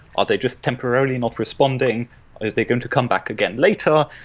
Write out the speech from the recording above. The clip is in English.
are they just temporarily not responding? are they going to come back again later?